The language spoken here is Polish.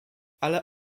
ale